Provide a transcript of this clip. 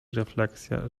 refleksja